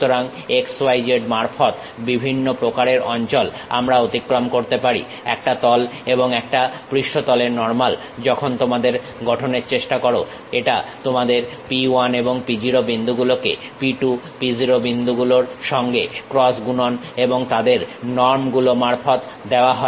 সুতরাং x y z মারফত বিভিন্ন প্রকারের অঞ্চল আমরা অতিক্রম করতে পারি একটা তল এবং একটা পৃষ্ঠতলের নর্মাল যখন তোমরা গঠনের চেষ্টা করো এটা তোমাদের P 1 P 0 বিন্দুগুলোকে P 2 P 0 বিন্দু গুলোর সঙ্গে ক্রস গুণন এবং তাদের নর্ম গুলো মারফত দেওয়া হয়